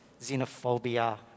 xenophobia